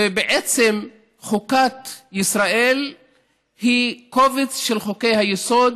ובעצם חוקת ישראל היא קובץ של חוקי-היסוד,